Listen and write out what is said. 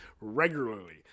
regularly